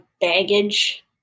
baggage